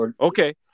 Okay